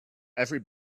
every